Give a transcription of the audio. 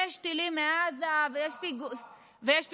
יש טילים מעזה ויש פיגועים,